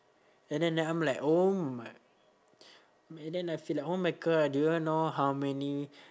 and then then I'm like oh my and then I feel like oh my god do you know how many